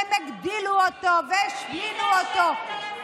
אני מבקש לתת לו, אני מבקש לא לעזור לי.